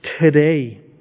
today